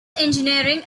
engineering